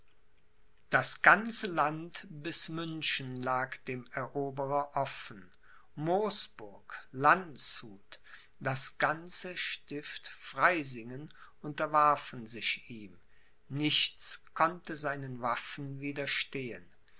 das ganze land bis münchen lag dem eroberer offen moosburg landshut das ganze stift freysingen unterwarfen sich ihm nichts konnte seinen waffen